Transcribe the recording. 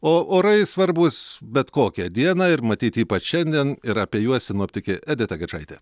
o orai svarbūs bet kokią dieną ir matyt ypač šiandien ir apie juos sinoptikė edita gečaitė